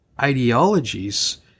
ideologies